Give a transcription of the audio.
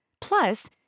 Plus